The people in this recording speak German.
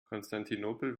konstantinopel